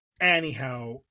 anyhow